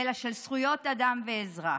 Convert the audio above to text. אלא של זכויות אדם ואזרח.